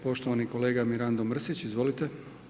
Poštovani kolega Mirando Mrsić, izvolite.